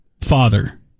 father